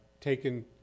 taken